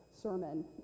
sermon